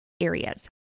areas